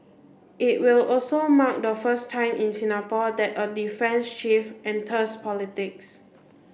it will also mark the first time in Singapore that a defence chief enters politics